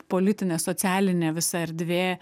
politinė socialinė visa erdvė